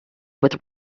with